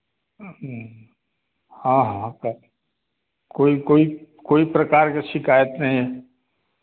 हाँ हाँ पर कोई कोई कोई प्रकार के शिकायत नहीं है